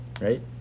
right